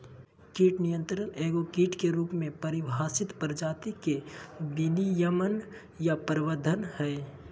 कीट नियंत्रण एगो कीट के रूप में परिभाषित प्रजाति के विनियमन या प्रबंधन हइ